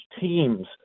teams